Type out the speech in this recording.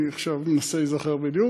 ואני עכשיו מנסה להיזכר בדיוק,